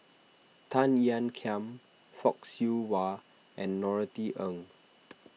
Tan Ean Kiam Fock Siew Wah and Norothy Ng